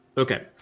Okay